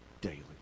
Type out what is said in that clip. daily